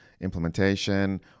implementation